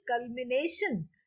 culmination